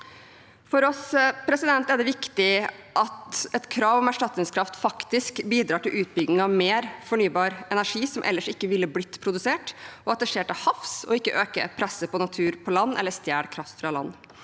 For oss er det viktig at et krav om erstatningskraft faktisk bidrar til utbygging av mer fornybar energi som ellers ikke ville blitt produsert, og at det skjer til havs og ikke øker presset på natur på land – eller stjeler kraft fra land.